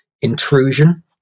intrusion